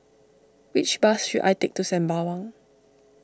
which bus should I take to Sembawang